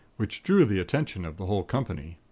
which drew the attention of the whole company.